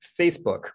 Facebook